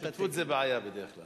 שותפות זה בעיה בדרך כלל.